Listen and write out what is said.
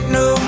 no